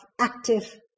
active